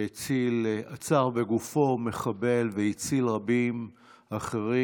שעצר בגופו מחבל והציל רבים אחרים.